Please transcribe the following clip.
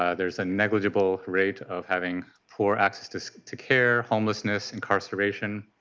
ah there is a negligible rate of having poor access to so to care, homelessness, incarceration.